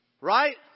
Right